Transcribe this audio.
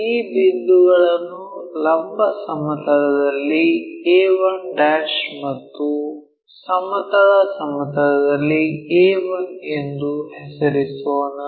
ಈ ಬಿಂದುಗಳನ್ನು ಲಂಬ ಸಮತಲದಲ್ಲಿ a1 ಮತ್ತು ಸಮತಲ ಸಮತಲದಲ್ಲಿ a1 ಎಂದು ಹೆಸರಿಸೋಣ